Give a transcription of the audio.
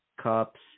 Cups